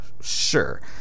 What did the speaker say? Sure